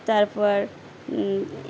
তারপর